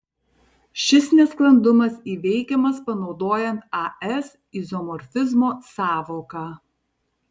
šis nesklandumas įveikiamas panaudojant as izomorfizmo sąvoką